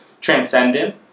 transcendent